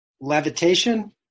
levitation